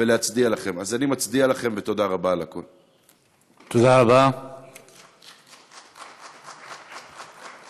להצדיע לכם ולבקש מכנסת ישראל ומשלת ישראל,